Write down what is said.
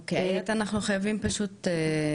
איאת, אנחנו חייבים פשוט להספיק.